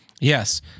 Yes